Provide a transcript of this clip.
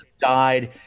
died